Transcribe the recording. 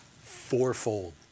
fourfold